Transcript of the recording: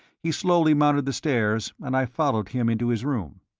he slowly mounted the stairs and i followed him into his room.